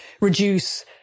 reduce